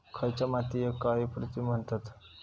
खयच्या मातीयेक काळी पृथ्वी म्हणतत?